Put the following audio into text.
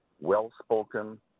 well-spoken